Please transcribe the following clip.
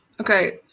Okay